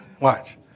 Watch